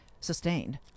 sustained